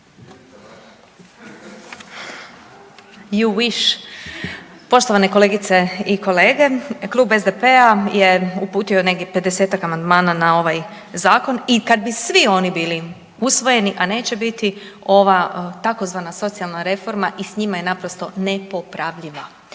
You wish. Poštovane kolegice i kolege. Klub SDP-a je uputio negdje 50-ak amandmana na ovaj zakon i kad bi svi oni bili usvojeni, a neće biti, ova, tzv. socijalna reforma i s njima je naprosto nepopravljiva.